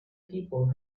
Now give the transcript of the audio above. people